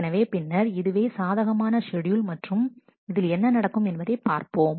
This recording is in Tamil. எனவே பின்னர் இதுவே சாதகமான ஷெட்யூல் மற்றும் இதில் என்ன நடக்கும் என்பதை பார்ப்போம்